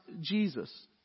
Jesus